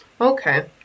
okay